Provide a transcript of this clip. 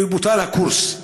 יבוטל הקורס.